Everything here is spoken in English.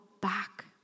back